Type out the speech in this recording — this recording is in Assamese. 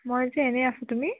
মই যে এনে আছোঁ তুমি